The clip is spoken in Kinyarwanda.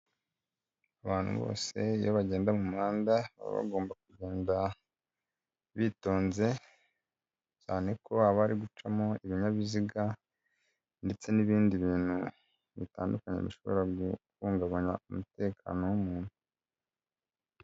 Abantu bose iyo bagenda mu muhanda baba bagomba kugenda bitonze, cyane ko haba hari gucamo ibinyabiziga ndetse n'ibindi bintu bitandukanye bishobora guhungabanya umutekano w'umuntu.